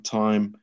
time